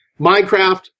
Minecraft